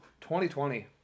2020